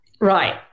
right